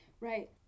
Right